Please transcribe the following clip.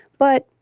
but